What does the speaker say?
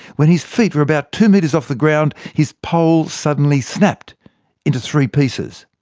when his feet were about two metres off the ground, his pole suddenly snapped into three pieces.